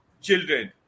children